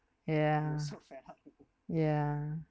yeah yeah